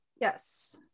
yes